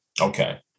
okay